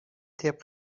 طبق